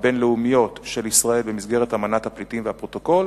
הבין-לאומיות של ישראל במסגרת האמנה בדבר מעמדם של פליטים והפרוטוקול,